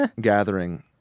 gathering